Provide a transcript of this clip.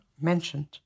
mentioned